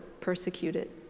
persecuted